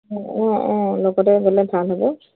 অ' অঁ অঁ লগতে গ'লে ভাল হ'ব